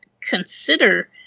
consider